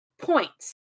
points